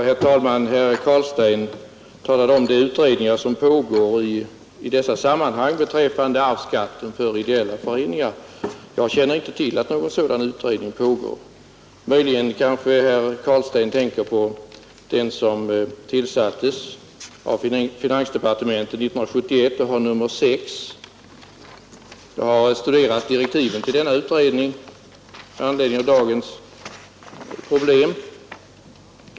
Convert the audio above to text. Herr talman! Herr Carlstein talade om de utredningar som pågår i dessa sammanhang beträffande arvsskatten för ideella föreningar. Jag känner inte till att någon sådan utredning pågår. Möjligen kan herr Carlstein tänka på den föreningsskatteutredning som tillsattes av finansdepartementet 1971 och har nummer 6. Jag har studerat direktiven för denna utredning med anledning av dagens problem.